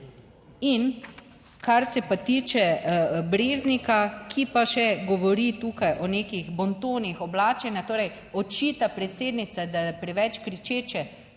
In kar se pa tiče Breznika, ki pa še govori tukaj o nekih bontonih oblačenja, torej očita predsednici, da je preveč kričeče